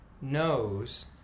knows